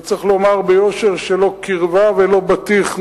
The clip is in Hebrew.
צריך לומר ביושר שלא קרבה ולא בטיח,